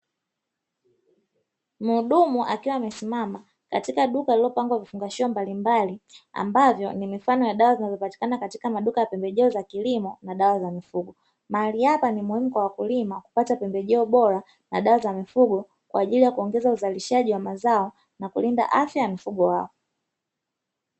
Mhudumu akiwa amesimama katika duka lililopangwa vifungashio mbalimbali, ambavyo ni mifano ya dawa zinazopatikana katika maduka ya pembejeo za kilimo na dawa za mifugo. Mahali hapa ni muhimu kwa wakulima kupata pembejeo bora na dawa za mifugo, kwa ajili ya kuongeza uzalishaji wa mazao na kulinda afya ya mifugo wao.